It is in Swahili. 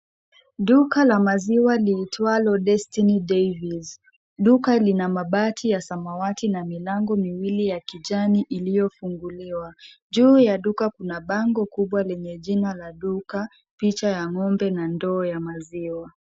Duka la maziwa liitwalo destiny dairies , duko lina mabati ya samawati na milango miwili ya kijani iliyofunguliwa. Juu ya duka kuna bango kubwa lenye jina ya duka, picha ya ngombe na ndoo ya maziwa.